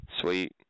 Sweet